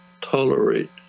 tolerate